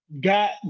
Got